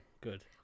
Good